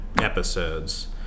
episodes